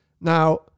Now